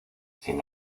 sin